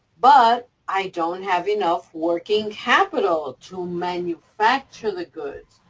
but i don't have enough working capital to manufacture the goods,